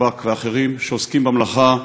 שב"כ ואחרים, שעוסקים במלאכה